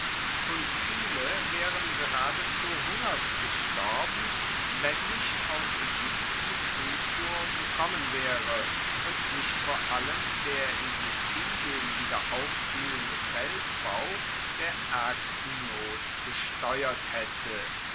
und viele waeren geradezu hungers gestorben wenn nicht aus aegypten zufuhr gekommen waere und nicht vor allem der in sizilien wieder aufbluehende feldbau der aergsten not gesteuert haette